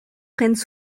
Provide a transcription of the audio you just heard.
prennent